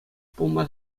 пулма